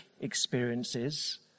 experiences